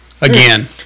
again